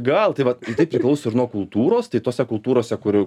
gal tai vat tai priklauso ir nuo kultūros tai tose kultūrose kurių